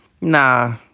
nah